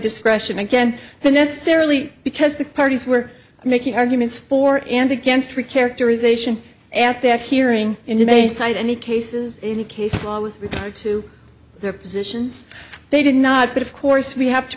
discretion again then necessarily because the parties were making arguments for and against three characterization at that hearing into may cite any cases in any case law with regard to their positions they did not but of course we have to